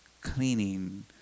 cleaning